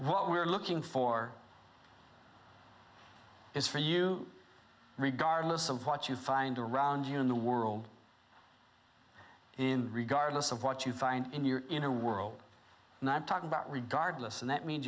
what we're looking for is for you regardless of what you find around the world in regardless of what you find in your inner world not talking about regardless and that means